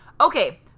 okay